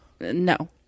no